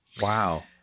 Wow